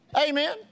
Amen